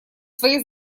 своей